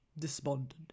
despondent